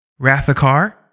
Rathakar